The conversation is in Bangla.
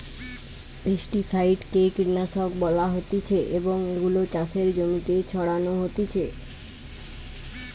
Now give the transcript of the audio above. পেস্টিসাইড কে কীটনাশক বলা হতিছে এবং এগুলো চাষের জমিতে ছড়ানো হতিছে